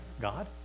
God